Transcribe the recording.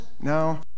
No